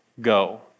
go